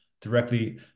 directly